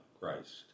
Christ